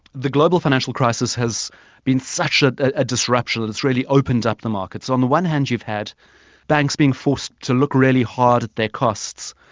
the global financial crisis has been such a ah disruption and it has really opened up the market. so on the one hand you've had banks being forced to look really hard at their costs.